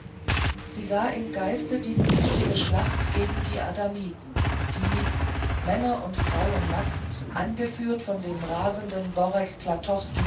sie sah im geiste die blutige schlacht gegen die adamiten die männer und weiber nackt angeführt von dem rasenden